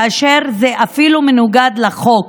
כאשר זה אפילו מנוגד לחוק?